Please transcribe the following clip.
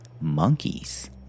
monkeys